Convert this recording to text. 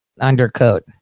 undercoat